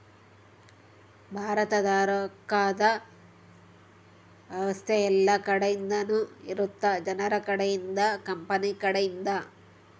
ಭಾರತದ ರೊಕ್ಕದ್ ವ್ಯವಸ್ತೆ ಯೆಲ್ಲ ಕಡೆ ಇಂದನು ಇರುತ್ತ ಜನರ ಕಡೆ ಇಂದ ಕಂಪನಿ ಕಡೆ ಇಂದ